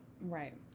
Right